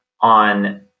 on